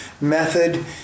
method